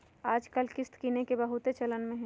याजकाल किस्त किनेके बहुते चलन में हइ